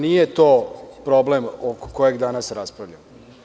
Nije to problem o kojem danas raspravljamo.